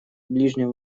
ближнем